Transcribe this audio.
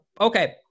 Okay